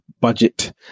budget